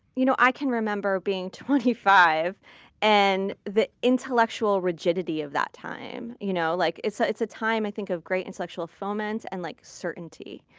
you know i can remember being twenty five and the intellectual rigidity of that time. you know like it's ah a time, i think, of great intellectual fulfillment and like certainty,